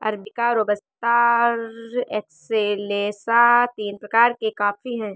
arabica robusta excelsa तीन प्रकार के कॉफी हैं